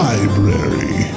Library